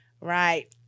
Right